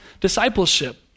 discipleship